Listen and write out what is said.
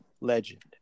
legend